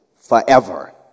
forever